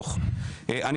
אני